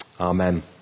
Amen